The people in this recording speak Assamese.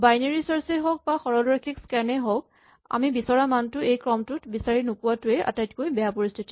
বাইনেৰী চাৰ্ছ এই হওঁক বা সৰলৰৈখিক স্কেন এই হওঁক আমি বিচৰা মানটো সেই ক্ৰমটোত বিচাৰি নোপোৱাটোৱেই আটাইতকৈ বেয়া পৰিস্হিতি